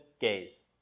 gaze